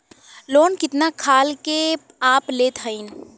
Loan कितना खाल के आप लेत हईन?